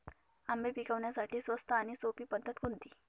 आंबे पिकवण्यासाठी स्वस्त आणि सोपी पद्धत कोणती?